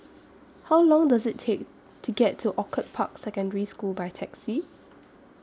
How Long Does IT Take to get to Orchid Park Secondary School By Taxi